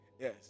Yes